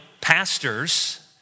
pastors